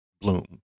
bloom